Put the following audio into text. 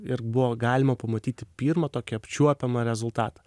ir buvo galima pamatyti pirmą tokį apčiuopiamą rezultatą